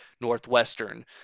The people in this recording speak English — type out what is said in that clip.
Northwestern